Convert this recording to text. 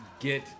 Get